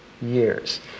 years